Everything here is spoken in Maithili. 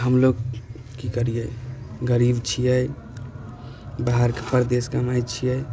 हमलोग की करिए गरीब छियै बाहरके प्रदेश कमाइ छियै